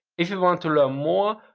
if you want to learn more,